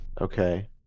okay